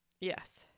Yes